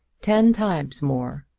ten times more.